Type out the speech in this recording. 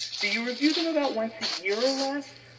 do you review them about once a year or less?